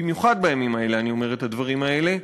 במיוחד בימים האלה אני אומר את הדברים האלה,